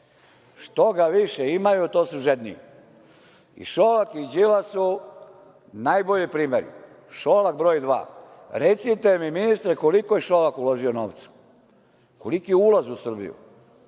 što ga više imaju, to su žedniji. I, Šolak i Đilas su najbolji primeri, Šolak broj dva. Recite mi ministre, koliko je Šolak uložio novca, koliki je ulaz u Srbiju?